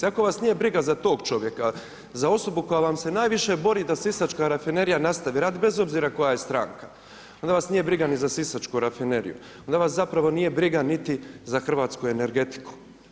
Ako vas nije briga za tog čovjeka, za osobu koja vam se najviše bori da sisačka rafinerija nastavlja rad, bez obzira koja je stranka, onda vas nije briga ni za sisačku rafineriju, onda vas zapravo nije briga niti za hrvatsku energetiku.